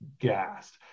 gassed